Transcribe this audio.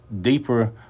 deeper